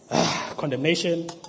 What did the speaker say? Condemnation